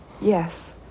Yes